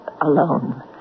Alone